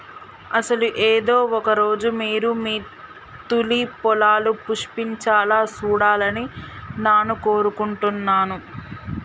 అసలు ఏదో ఒక రోజు మీరు మీ తూలిప్ పొలాలు పుష్పించాలా సూడాలని నాను కోరుకుంటున్నాను